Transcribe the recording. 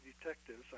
detectives